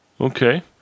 Okay